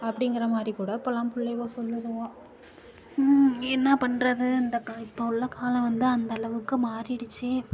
அப்படிங்கிற மாதிரி கூட இப்போலாம் பிள்ளைவோ சொல்லுதுவோ என்ன பண்றது இந்த இப்போ உள்ள காலம் வந்து அந்த அளவுக்கு மாறிடுச்சி